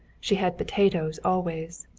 she had potatoes always.